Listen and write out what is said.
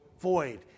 Void